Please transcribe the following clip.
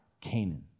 Canaan